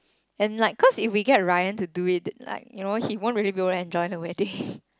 and like cause if we get Ryan to do it he won't really be able to enjoy the weeding